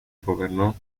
gobernó